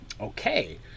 Okay